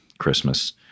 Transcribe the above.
Christmas